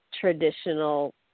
traditional